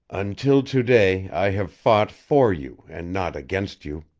until to-day i have fought for you and not against you.